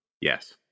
Yes